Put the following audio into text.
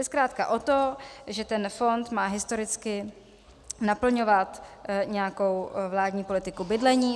Jde zkrátka o to, že ten fond má historicky naplňovat nějakou vládní politiku bydlení.